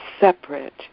separate